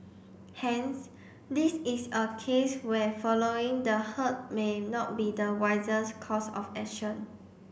hence this is a case where following the herd may not be the wisest course of action